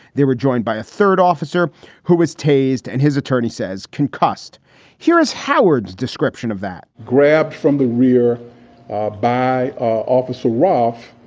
they were joined by a third officer who was tasered and his attorney says concussed here is howard's description of that grabbed from the rear ah by officer rourke,